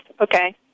Okay